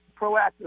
proactive